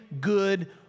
good